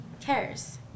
cares